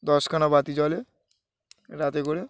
দশখানা বাতি জ্বলে রাতে করে